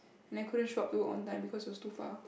and I couldn't show up to work on time because it was too far